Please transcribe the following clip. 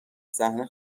صحنه